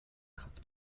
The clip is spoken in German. kopf